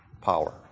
power